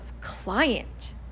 client